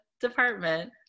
department